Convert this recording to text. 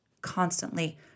constantly